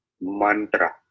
mantra